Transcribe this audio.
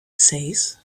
seis